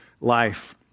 life